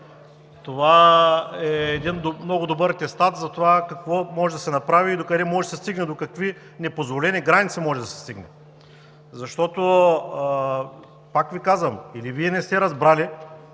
Това е един много добър атестат за това какво може да се направи и докъде може да се стигне, до какви непозволени граници може да се стигне. Пак Ви казвам: или Вие не сте разбрали